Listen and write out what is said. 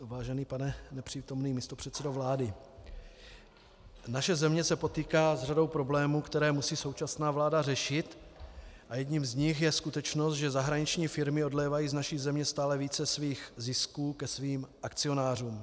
Vážený pane nepřítomný místopředsedo vlády, naše země se potýká s řadou problémů, které musí současná vláda řešit, a jedním z nich je skutečnost, že zahraniční firmy odlévají z naší země stále více zisků ke svým akcionářům.